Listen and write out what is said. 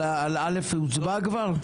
על א' הצביעו כבר?